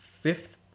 fifth